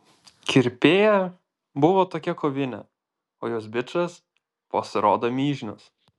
kirpėja buvo tokia kovinė o jos bičas pasirodo mižnius